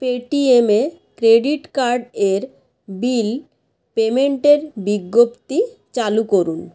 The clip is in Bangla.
পেটিএম এ ক্রেডিট কার্ড এর বিল পেমেন্টের বিজ্ঞপ্তি চালু করুন